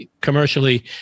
commercially